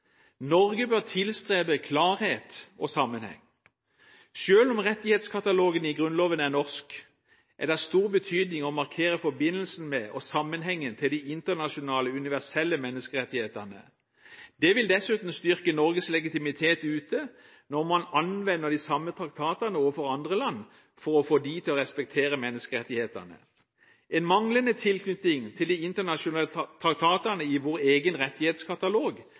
Norge bør tilstrebe klarhet og sammenheng. Selv om rettighetskatalogen i Grunnloven er norsk, er det av stor betydning å markere forbindelsen med og sammenhengen med de internasjonale universelle menneskerettighetene. Det vil dessuten styrke Norges legitimitet ute når man anvender de samme traktatene overfor andre land for å få dem til å respektere menneskerettighetene. En manglende tilknytning til de internasjonale traktatene i vår egen rettighetskatalog